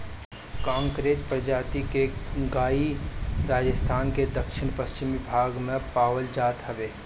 कांकरेज प्रजाति के गाई राजस्थान के दक्षिण पश्चिम भाग में पावल जात हवे